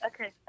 Okay